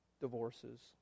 divorces